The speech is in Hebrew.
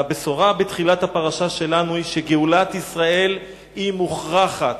והבשורה בתחילת הפרשה שלנו היא שגאולת ישראל היא מוכרחת,